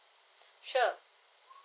sure